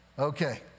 Okay